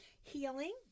Healing